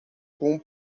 com